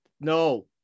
No